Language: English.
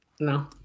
no